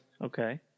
Okay